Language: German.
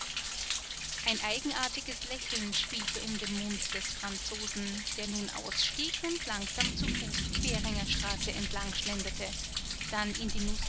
ein eigenartiges lächeln spielte um den mund des franzosen der nun ausstieg und langsam zu fuß die währingerstraße entlang schlenderte dann in die